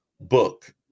book